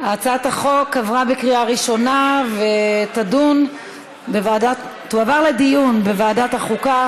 הצעת החוק עברה בקריאה ראשונה ותועבר לדיון בוועדת החוקה,